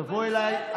תבואי אליי,